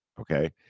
okay